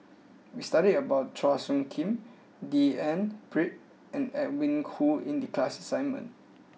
we studied about Chua Soo Khim D N Pritt and Edwin Koo in the class assignment